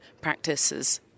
practices